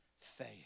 faith